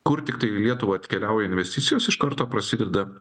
kur tiktai į lietuvą atkeliauja investicijos iš karto prasideda